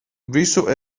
visu